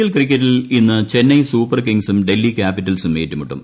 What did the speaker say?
L ക്രിക്കറ്റിൽ ഇന്ന് Chennai super കിങ്സും ഡൽഹി ക്യാപിറ്റൽസും ഏറ്റുമുട്ടും